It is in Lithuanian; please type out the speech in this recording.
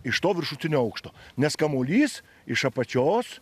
iš to viršutinio aukšto nes kamuolys iš apačios